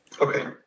Okay